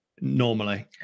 normally